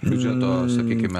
biudžeto sakykime